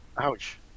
Ouch